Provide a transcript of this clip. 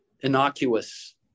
innocuous